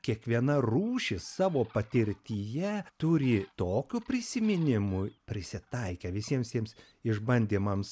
kiekviena rūšis savo patirtyje turi tokių prisiminimų prisitaikę visiems tiems išbandymams